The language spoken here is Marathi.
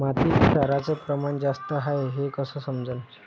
मातीत क्षाराचं प्रमान जास्त हाये हे कस समजन?